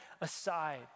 aside